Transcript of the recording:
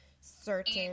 certain